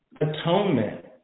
atonement